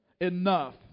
enough